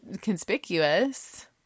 conspicuous